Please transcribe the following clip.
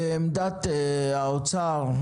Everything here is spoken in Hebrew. עמדת האוצר,